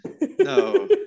no